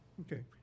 Okay